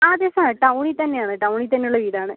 ആ അതെ സാർ ടൗണിൽ തന്നെ ആണ് ടൗണിൽ തന്നെ ഉള്ള വീട് ആണ്